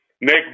Nick